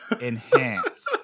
Enhance